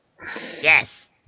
Yes